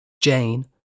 Jane